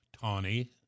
tawny